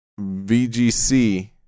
VGC